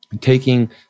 taking